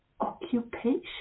occupation